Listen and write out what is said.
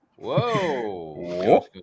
Whoa